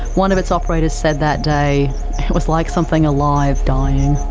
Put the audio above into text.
one of its operators said that day it was like something alive dying.